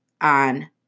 on